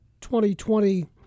2020